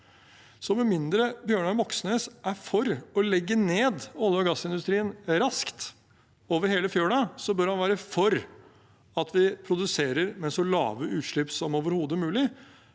Med mindre Bjørnar Moxnes er for å legge ned olje- og gassindustrien raskt – over hele fjøla – bør han være for at vi produserer med så lave utslipp som overhodet mulig,